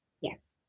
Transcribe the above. Yes